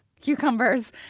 cucumbers